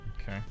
Okay